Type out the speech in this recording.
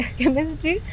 chemistry